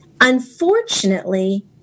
Unfortunately